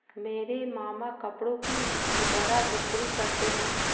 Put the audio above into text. मेरे मामा कपड़ों की खुदरा बिक्री करते हैं